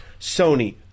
Sony